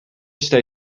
stay